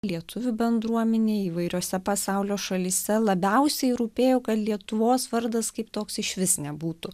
lietuvių bendruomenei įvairiose pasaulio šalyse labiausiai rūpėjo kad lietuvos vardas kaip toks išvis nebūtų